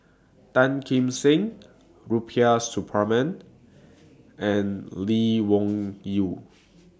Tan Kim Seng Rubiah Suparman and Lee Wung Yew